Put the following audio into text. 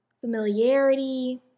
familiarity